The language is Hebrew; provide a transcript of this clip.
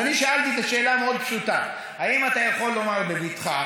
אני שאלתי את השאלה המאוד-פשוטה: האם אתה יכול לומר בבטחה